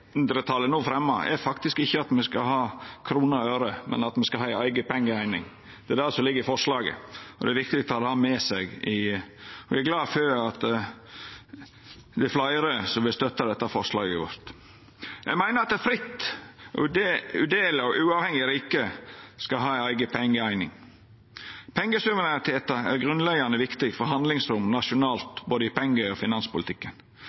no fremjar, faktisk ikkje at me skal ha kroner og øre, men at me skal ha ei eiga pengeeining – det er det som ligg i forslaget. Det er viktig å ha det med seg. Eg er glad for at det er fleire som vil støtta dette forslaget vårt. Me meiner at eit fritt, udeleleg og uavhengig rike skal ha ei eiga pengeeining. Pengesuverenitet er grunnleggjande viktig for handlingsrom nasjonalt i både penge- og finanspolitikken.